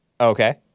Okay